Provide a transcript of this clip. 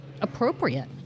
appropriate